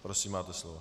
Prosím, máte slovo.